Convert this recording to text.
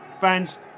fans